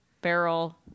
barrel